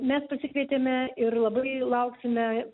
mes pasikvietėme ir labai lauksime